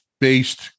based